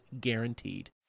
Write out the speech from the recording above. guaranteed